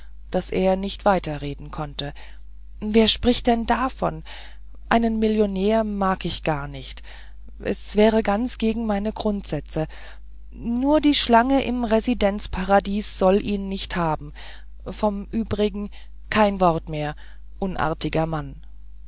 daß er nicht weiter reden konnte wer spricht denn davon einen millionär mag ich gar nicht es wäre ganz gegen meine grundsätze nur die schlange im residenzparadies soll ihn nicht haben vom übrigen kein wort mehr unartiger mann